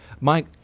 Mike